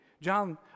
John